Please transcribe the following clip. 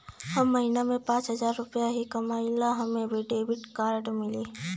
हम महीना में पाँच हजार रुपया ही कमाई ला हमे भी डेबिट कार्ड मिली?